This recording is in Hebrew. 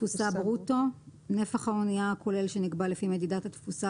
"תפוסה ברוטו" נפח האנייה הכולל שנקבע לפי מדידת התפוסה